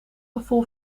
gevoel